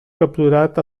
capturat